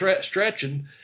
stretching